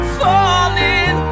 falling